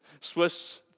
Swiss